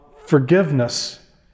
forgiveness